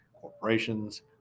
corporations